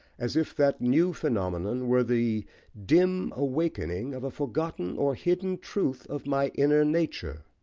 as if that new phenomenon were the dim awaking of a forgotten or hidden truth of my inner nature.